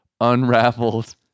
unraveled